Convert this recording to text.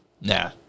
Nah